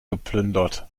geplündert